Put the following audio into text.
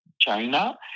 China